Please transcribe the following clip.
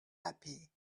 happy